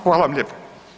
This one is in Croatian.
Hvala vam lijepo.